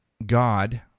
god